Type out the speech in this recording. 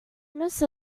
most